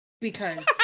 because-